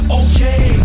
okay